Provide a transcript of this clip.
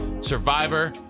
Survivor